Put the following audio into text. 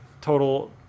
total